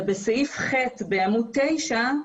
בסעיף (ח) בעמוד 9,